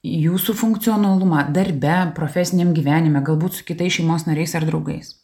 jūsų funkcionalumą darbe profesiniam gyvenime galbūt su kitais šeimos nariais ar draugais